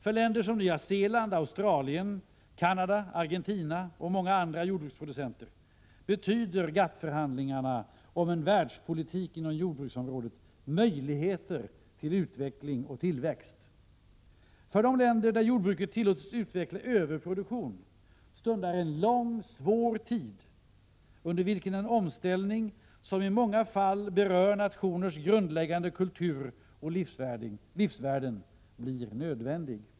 För länder som Nya Zeeland, Australien, Canada, Argentina och många andra jordbruksproducenter betyder GATT-förhandlingarna om en världspolitik inom jordbruksområdet möjligheter till utveckling och tillväxt. För de länder där jordbruket tillåtits utveckla överproduktion stundar en lång svår tid, under vilken en omställning, som i många fall berör nationers grundläggande kultur och livsvärden, blir nödvändig.